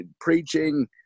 preaching